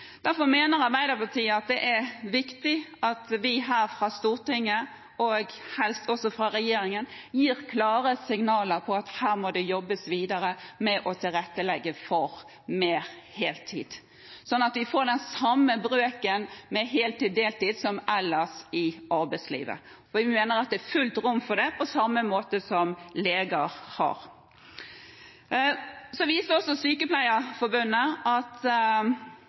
Derfor mener Arbeiderpartiet at det er viktig at vi her fra Stortinget, og helst også fra regjeringen, gir klare signaler om at her må det jobbes videre med å tilrettelegge for mer heltid, sånn at vi får den samme brøken med heltid/deltid som ellers i arbeidslivet. Vi mener det er fullt ut er rom for det på samme måte som for leger. Sykepleierforbundet viser også til at